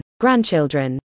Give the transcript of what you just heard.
grandchildren